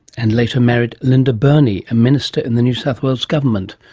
and later married linda burney, a minister in the new south wales government.